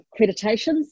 accreditations